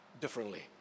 differently